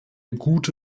gute